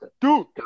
Dude